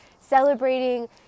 celebrating